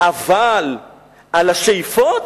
אבל על השאיפות,